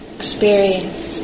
experience